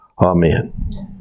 Amen